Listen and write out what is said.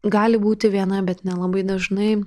gali būti viena bet nelabai dažnai